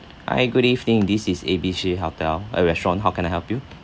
hi good evening this is A B C hotel uh restaurant how can I help you